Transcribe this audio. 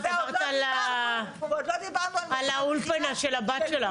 דיברת על האולפנה של הבת שלך,